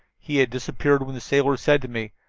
he had disappeared when the sailor said to me,